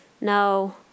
no